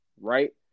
Right